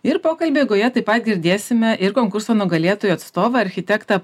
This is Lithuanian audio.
ir pokalbio eigoje taip pat girdėsime ir konkurso nugalėtojų atstovą architektą